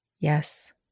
Yes